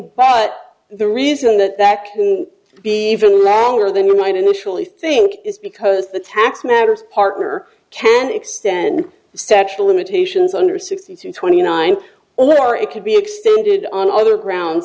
but the reason that that can be even longer than you might initially think is because the tax matters partner can extend the statue of limitations under sixty two twenty nine or it could be extended on other ground